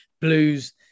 Blues